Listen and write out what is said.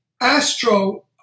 Astro